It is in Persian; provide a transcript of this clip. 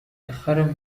بخرم